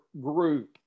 group